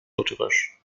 lutherisch